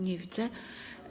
Nie widzę.